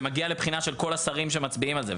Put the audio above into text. מגיע לבחינה של כל השרים שמצביעים על זה.